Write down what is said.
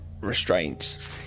restraints